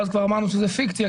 שאז כבר אמרנו שזו פיקציה.